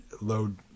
load